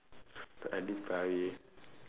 அடி பாவி:adi paavi